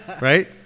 Right